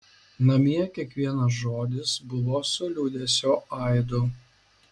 namie kiekvienas žodis buvo su liūdesio aidu